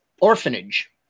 orphanage